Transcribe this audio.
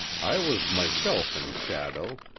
i was myself in shadow,